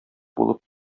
булып